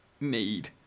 need